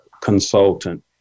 consultant